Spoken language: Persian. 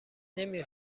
نمی